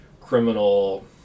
criminal